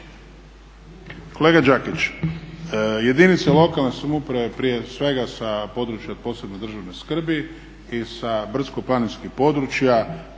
Kolega Đakić, jedinice lokalne samouprave prije svega sa područja od posebne državne skrbi i sa brdsko-planinskih područja